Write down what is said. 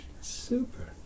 Super